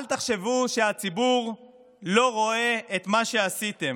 אל תחשבו שהציבור לא רואה את מה שעשיתם.